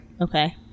Okay